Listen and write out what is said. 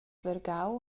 vargau